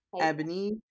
Ebony